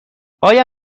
آیا